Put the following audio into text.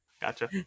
gotcha